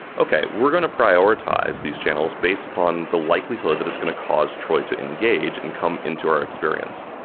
okay. we're going to prioritize these channels based upon the likelihood that it's going to cause troy to engage and come into our experience.